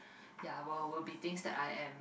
ya will will be things that I am